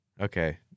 Okay